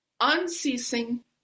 Unceasing